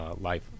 life